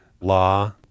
law